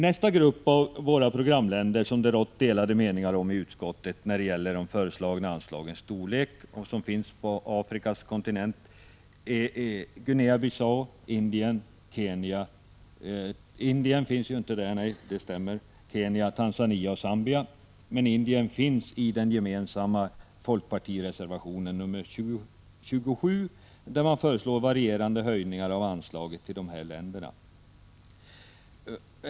Nästa grupp av våra programländer som det rått delade meningar om i PR - utskottet när det gäller de föreslagna anslagens storlek och som finns på — "!Yecklngssamarbete m.m. Afrikas kontinent är Guinea Bissau, Indien — ja, Indien ligger ju inte där, men Indien finns med i reservationen 28 — Kenya, Tanzania och Zambia. I folkpartireservationen nr 28 föreslås varierande höjningar av anslaget till dessa länder.